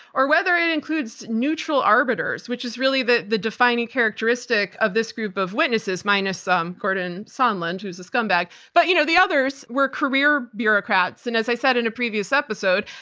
or whether it includes neutral arbiters, which is really the the defining characteristic of this group of witnesses, minus um gordon sondland who's a scumbag. but you know the others were career bureaucrats, and as i said in a previous episode,